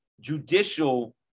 Judicial